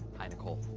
hi, nicole.